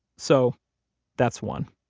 so that's one.